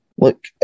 look